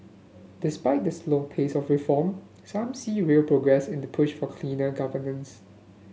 despite the slow pace of reform some see real progress in the push for cleaner governance